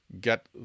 get